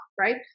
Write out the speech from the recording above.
right